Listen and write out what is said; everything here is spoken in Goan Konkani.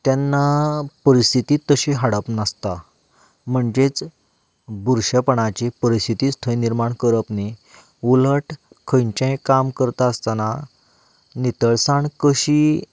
तेन्ना परिस्थिती तशी हाडप नासता म्हणजेच बुरशेपणाची परिस्थितीच थंय निर्माण करप न्हय उलट खंयचेंय काम करता आसतना नितळसाण कशी